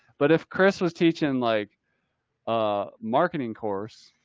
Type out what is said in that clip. but if chris was teaching like a marketing course,